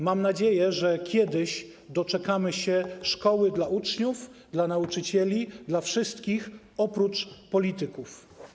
Mam nadzieję, że kiedyś doczekamy się szkoły dla uczniów, dla nauczycieli, dla wszystkich oprócz polityków.